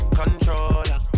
controller